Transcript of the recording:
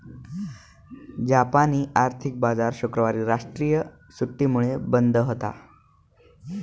जापानी आर्थिक बाजार शुक्रवारी राष्ट्रीय सुट्टीमुळे बंद होता